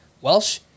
Welsh